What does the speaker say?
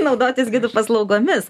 naudotis gidų paslaugomis